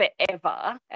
forever